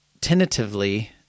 tentatively